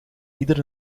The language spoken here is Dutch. ieder